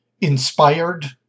inspired